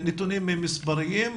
הנתונים הם מספריים.